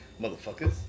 motherfuckers